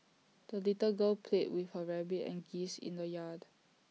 the little girl played with her rabbit and geese in the yard